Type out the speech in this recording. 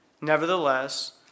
Nevertheless